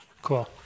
Cool